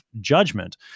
judgment